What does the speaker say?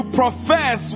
profess